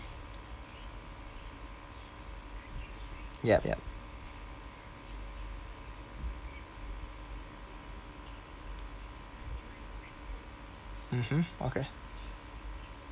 yup yup mmhmm okay